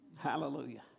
Hallelujah